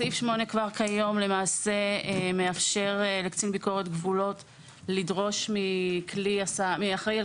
סעיף 8 למעשה מאפשר לקצין ביקורת גבולות לדרוש מאחראי על